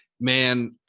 Man